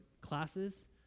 classes